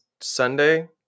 Sunday